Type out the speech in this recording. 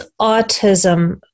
autism